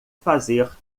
fazer